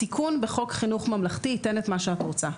התיקון בחוק חינוך ממלכתי ייתן את מה שאת רוצה.